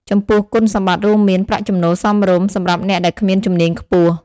ចំពោះគុណសម្បត្តិរួមមាន ប្រាក់ចំណូលសមរម្យសម្រាប់អ្នកដែលគ្មានជំនាញខ្ពស់។